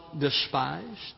despised